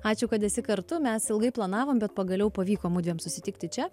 ačiū kad esi kartu mes ilgai planavom bet pagaliau pavyko mudviem susitikti čia